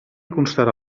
constarà